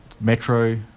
Metro